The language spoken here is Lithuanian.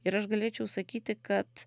ir aš galėčiau sakyti kad